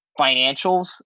financials